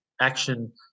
action